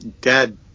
dad